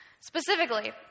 Specifically